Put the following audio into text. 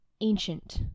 Ancient